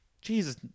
Jesus